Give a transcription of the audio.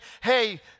Hey